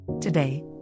Today